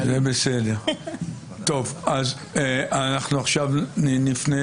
אנחנו עכשיו נפנה